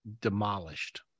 demolished